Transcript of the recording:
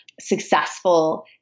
successful